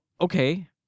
Okay